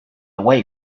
away